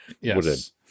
Yes